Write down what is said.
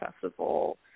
festival